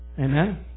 Amen